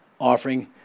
offering